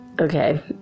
Okay